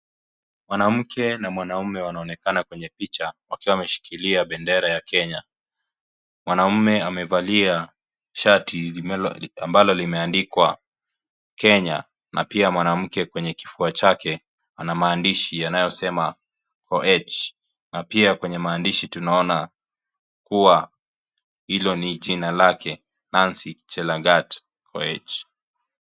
Mwanamke na mwanaume wanaonekana kwenye picha wakiwa wameshikilia bendera ya Kenya. Mwanaume amevalia shati ambalo limeandikwa Kenya na pia mwanamke kwenye kifua chake ana maandishi yanayosema Koech na pia kwenye maandishi tunaona kuwa hilo ni jina lake, Nancy Chelagat Koech.